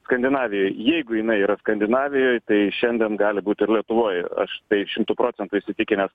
skandinavijoj jeigu jinai yra skandinavijoj tai šiandien gali būt ir lietuvoj aš tai šimtu procentų įsitikinęs